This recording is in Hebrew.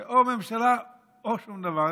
זה או ממשלה או שום דבר.